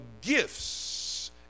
gifts